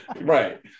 right